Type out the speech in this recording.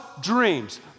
dreams